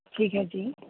ਠੀਕ ਹੈ ਜੀ